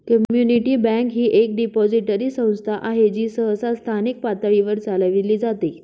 community bank ही एक depository संस्था आहे जी सहसा स्थानिक पातळीवर चालविली जाते